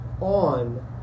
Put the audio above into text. on